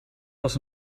was